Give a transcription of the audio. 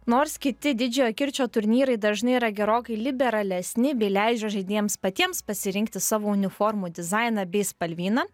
nors kiti didžiojo kirčio turnyrai dažnai yra gerokai liberalesni bei leidžia žaidėjams patiems pasirinkti savo uniformų dizainą bei spalvyną